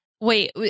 Wait